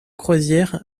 croisière